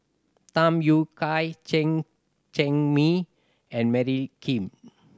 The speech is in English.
Tham Yui Kai Chen Cheng Mei and Mary Kim